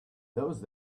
those